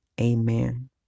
Amen